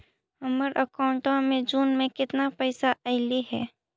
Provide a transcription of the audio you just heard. हमर अकाउँटवा मे जून में केतना पैसा अईले हे?